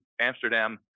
Amsterdam